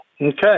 Okay